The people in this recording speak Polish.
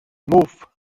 mów